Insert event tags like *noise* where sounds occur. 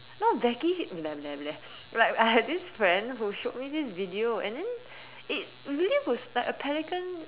no Becky *noise* like I had this friend who showed me this video and then it really was like a pelican